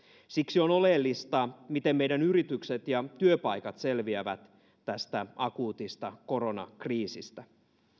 siksi on oleellista miten meidän yritykset ja työpaikat selviävät tästä akuutista koronakriisistä